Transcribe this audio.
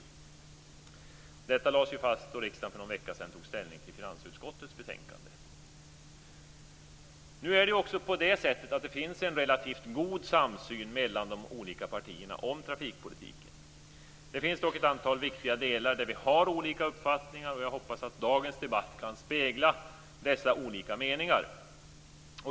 Detta lades ju fast då riksdagen för någon vecka sedan tog ställning till finansutskottets betänkande. Nu är det ju också på det sättet att det finns en relativt god samsyn mellan de olika partierna om trafikpolitiken. Det finns dock ett antal viktiga delar där vi har olika uppfattningar, och jag hoppas att dagens debatt kan spegla dessa olika meningar.